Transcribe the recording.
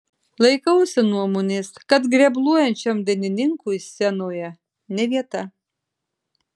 laikausi nuomonės kad grebluojančiam dainininkui scenoje ne vieta